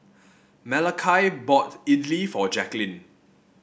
Malachi bought Idili for Jaquelin